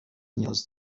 نیاز